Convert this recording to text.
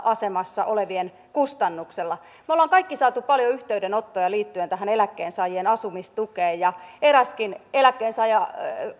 asemassa olevien kustannuksella me olemme kaikki saaneet paljon yhteydenottoja liittyen tähän eläkkeensaajien asumistukeen ja eräskin eläkkeensaaja